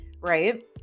right